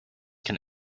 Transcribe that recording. can